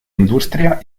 industria